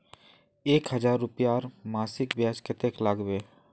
एक हजार रूपयार मासिक ब्याज कतेक लागबे?